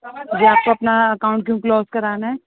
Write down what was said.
جی آپ کو اپنا اکاؤنٹ کیوں کلوز کروانا ہے